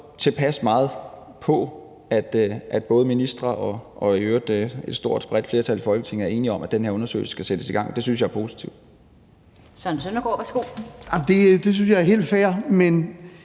tilpas meget på, at både ministre og i øvrigt et stort, bredt flertal i Folketinget er enige om, at den her undersøgelse skal sættes i gang, og det synes jeg er positivt. Kl. 16:21 Den fg. formand